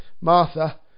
Martha